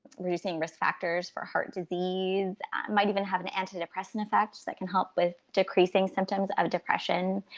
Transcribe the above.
reducing risk factors for heart disease might even have an antidepressant effect that can help with decreasing symptoms of depression.